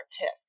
tiff